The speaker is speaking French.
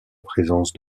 présence